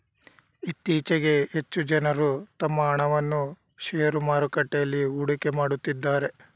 ಇತ್ತೀಚೆಗೆ ಹೆಚ್ಚು ಜನರು ತಮ್ಮ ಹಣವನ್ನು ಶೇರು ಮಾರುಕಟ್ಟೆಯಲ್ಲಿ ಹೂಡಿಕೆ ಮಾಡುತ್ತಿದ್ದಾರೆ